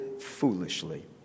foolishly